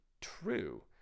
true